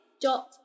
dot